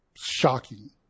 shocking